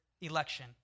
election